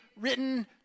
written